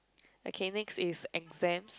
okay next is exams